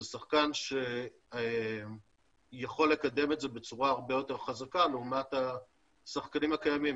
זה שחקן שיכול לקדם את זה בצורה הרבה יותר חזקה לעומת השחקנים הקיימים.